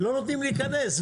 לא נותנים להיכנס.